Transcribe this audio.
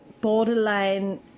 borderline